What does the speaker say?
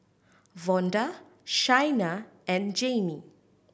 Vonda Shaina and Jayme